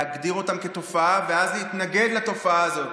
להגדיר אותם כתופעה ואז להתנגד לתופעה הזאת.